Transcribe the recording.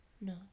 no